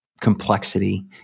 complexity